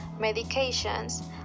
medications